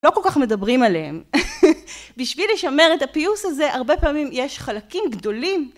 לא כל כך מדברים עליהם. בשביל לשמר את הפיוס הזה, הרבה פעמים יש חלקים גדולים.